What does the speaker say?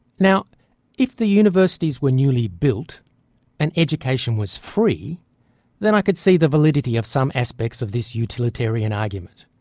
now if the universities were newly built and education was free then i could see the validity of some aspects of this utilitarian argument.